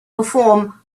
perform